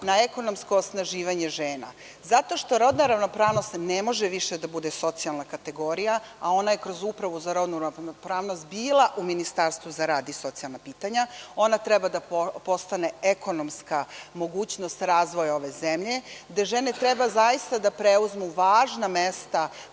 na ekonomsko osnaživanje žena zato što rodna ravnopravnost ne može više da bude socijalna kategorija, a ona je kroz Upravu za rodnu ravnopravnost bila u Ministarstvu za rad i socijalna pitanja. Ona treba da postane ekonomska mogućnost razvoja ove zemlje, gde žene treba zaista da preuzmu važna mesta,